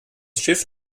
schiff